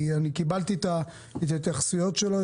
קיבלתי את ההתייחסויות שלו,